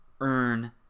earn